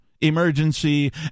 emergency